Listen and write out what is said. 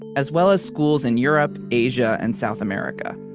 as well as schools in europe, asia, and south america.